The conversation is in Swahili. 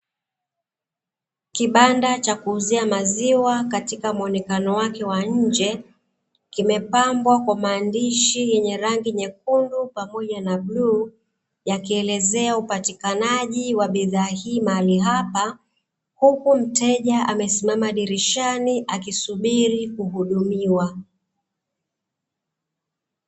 Kibanda cha kuuzia maziwa katika muonekano wake wa nje, kimepambwa kwa maandishi yenye rangi nyekundu pamoja na bluu yakielezea uatikanaji wa bidhaa hii mahali hapa huku mteja amesimama dirishani akisubiri kuhudumiwa.